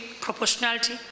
proportionality